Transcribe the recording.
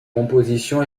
composition